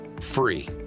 free